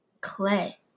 clay